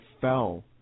fell